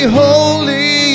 holy